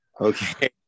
Okay